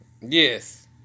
Yes